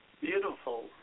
Beautiful